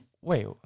wait